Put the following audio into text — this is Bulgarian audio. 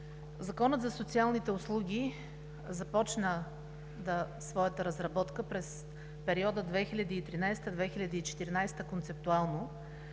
Законът за социалните услуги започна своята разработка през периода 2013 – 2014 г. концептуално.